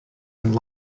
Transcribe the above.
and